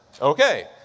Okay